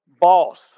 boss